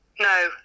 No